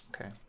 Okay